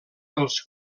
els